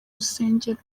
rusengero